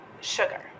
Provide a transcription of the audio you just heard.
sugar